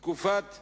תקופת